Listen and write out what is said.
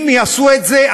אם יעשו את זה,